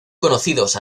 conocidos